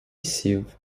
сів